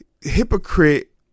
hypocrite